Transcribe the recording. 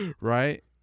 right